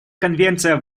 конвенция